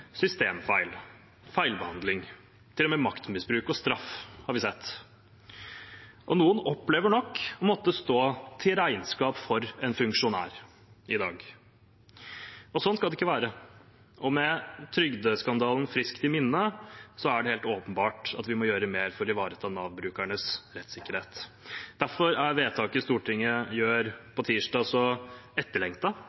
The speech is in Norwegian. systemfeil og feilbehandling. Til og med maktmisbruk og straff har vi sett. Og noen opplever nok å måtte stå til regnskap for en funksjonær i dag. Sånn skal det ikke være. Med trygdeskandalen friskt i minne er det helt åpenbart at vi må gjøre mer for å ivareta Nav-brukernes rettssikkerhet. Derfor er vedtaket Stortinget